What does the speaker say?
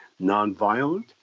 nonviolent